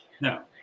No